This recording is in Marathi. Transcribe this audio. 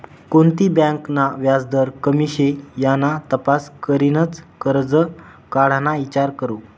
कोणती बँक ना व्याजदर कमी शे याना तपास करीनच करजं काढाना ईचार करो